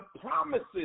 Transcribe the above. promises